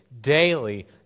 daily